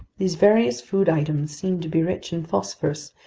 these various food items seemed to be rich in phosphorous,